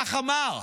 כך אמר,